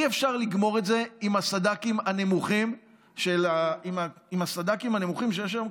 אי-אפשר לגמור את זה עם הסד"כים הנמוכים שיש היום,